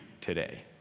today